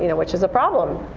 you know which is a problem.